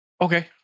Okay